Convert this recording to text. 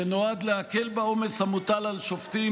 שנועד להקל בעומס המוטל על שופטים,